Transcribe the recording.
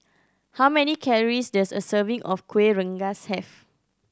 how many calories does a serving of Kuih Rengas have